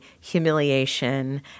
humiliation